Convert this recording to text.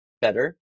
better